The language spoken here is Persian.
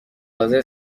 حاضر